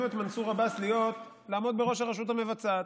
את מנסור עבאס לעמוד בראש הרשות המבצעת.